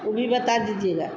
वो भी बता दिजिएगा